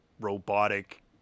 robotic